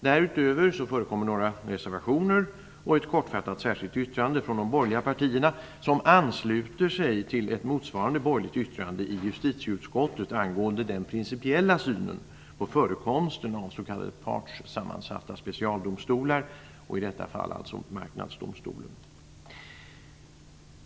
Därutöver förekommer några reservationer och ett kortfattat särskilt yttrande från de borgerliga partierna, som ansluter sig till ett motsvarande borgerligt yttrande i justitieutskottet angående den principiella synen på förekomsten av s.k. partssammansatta specialdomstolar, i detta fall alltså Marknadsdomstolen.